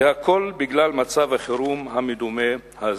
והכול בגלל מצב החירום המדומה הזה.